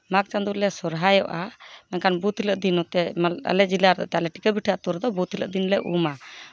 ᱢᱟᱜᱽ ᱪᱟᱸᱫᱳ ᱞᱮ ᱥᱚᱦᱚᱨᱟᱭᱚᱜᱼᱟ ᱢᱮᱱᱠᱷᱟᱱ ᱵᱩᱫᱷ ᱦᱤᱞᱳᱜ ᱫᱤᱱ ᱱᱚᱛᱮ ᱟᱞᱮ ᱡᱮᱞᱟ ᱨᱮᱫᱚ ᱴᱤᱠᱟᱹ ᱵᱩᱴᱟᱹ ᱟᱹᱛᱩ ᱨᱮᱫᱚ ᱵᱩᱫᱷ ᱦᱤᱞᱳᱜ ᱫᱤᱱᱞᱮ ᱩᱢᱼᱟ